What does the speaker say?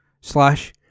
slash